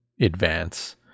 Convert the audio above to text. advance